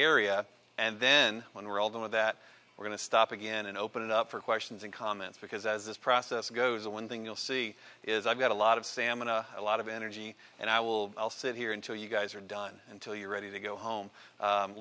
area and then when we roll them of that we're going to stop again and open it up for questions and comments because as this process goes the one thing you'll see is i've got a lot of stamina a lot of energy and i will sit here until you guys are done until you're ready to go home